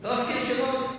לא אזכיר שמות.